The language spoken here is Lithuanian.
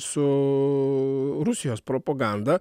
su rusijos propaganda